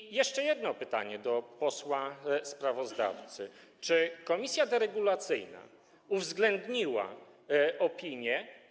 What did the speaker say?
I jeszcze jedno pytanie do posła sprawozdawcy: Czy komisja deregulacyjna uwzględniła opinie?